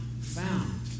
found